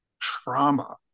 trauma